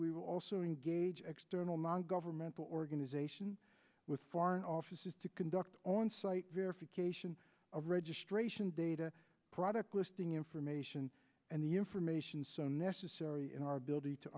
we will also engage external non governmental organization with foreign offices to conduct on site verification of registration data product listing information and the information so necessary in our ability to